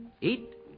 eat